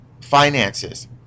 Finances